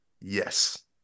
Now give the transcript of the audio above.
yes